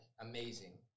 amazing